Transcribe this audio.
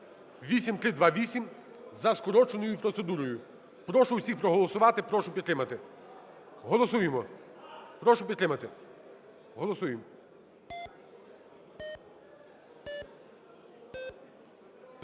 8328 за скороченою процедурою. Прошу всіх проголосувати, прошу підтримати. Голосуємо, прошу підтримати, голосуємо.